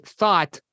thought